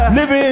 Living